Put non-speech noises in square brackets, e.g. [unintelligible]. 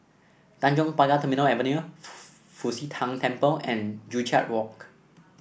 Tanjong Pagar Terminal Avenue [unintelligible] Fu Xi Tang Temple and Joo Chiat Walk